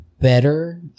better